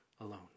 alone